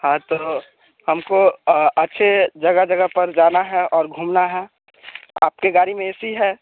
हाँ तो हमको अच्छे जगह जगह पर जाना है और घूमना है आपके गाड़ी में ए सी है